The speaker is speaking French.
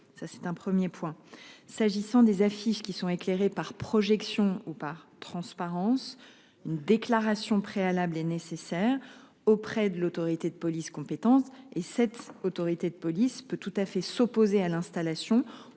Ça c'est un 1er point, s'agissant des affiches qui sont éclairée par projection ou par transparence. Une déclaration préalable et nécessaire auprès de l'autorité de police compétentes et cette autorité de police peut tout à fait s'opposer à l'installation